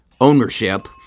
ownership